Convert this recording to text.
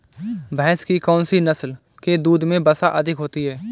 भैंस की कौनसी नस्ल के दूध में वसा अधिक होती है?